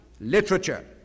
literature